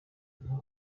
nta